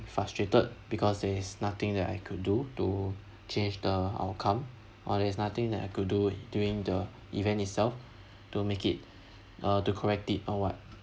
frustrated because there is nothing that I could do to change the outcome or there's nothing that I could do during the event itself to make it uh to correct it or what